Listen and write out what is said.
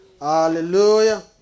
Hallelujah